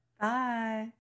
Bye